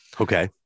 Okay